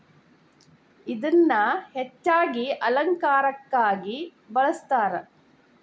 ಇದನ್ನಾ ಹೆಚ್ಚಾಗಿ ಅಲಂಕಾರಕ್ಕಾಗಿ ಬಳ್ಸತಾರ